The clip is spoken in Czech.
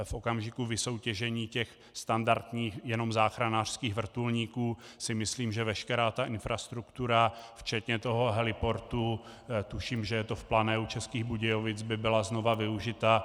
V okamžiku vysoutěžení těch standardních, jenom záchranářských vrtulníků si myslím, že veškerá infrastruktura včetně toho heliportu, tuším, že je to v Plané u Českých Budějovic, by byla znova využita.